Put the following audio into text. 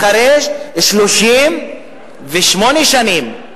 אחרי 38 שנים,